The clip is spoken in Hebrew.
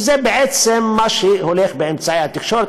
וזה בעצם מה שהולך באמצעי התקשורת,